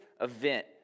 event